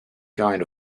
kind